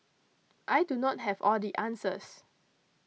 I do not have all the answers